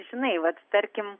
žinai vat tarkim